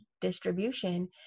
distribution